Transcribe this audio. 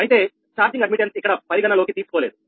అయితే ఛార్జింగ్ ప్రవేశం ఇక్కడ పరిగణలోకి తీసుకోలేదు